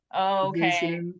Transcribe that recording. okay